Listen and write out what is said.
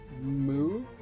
move